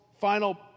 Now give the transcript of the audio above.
final